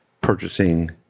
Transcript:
purchasing